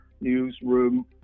newsroom